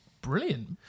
brilliant